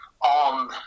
on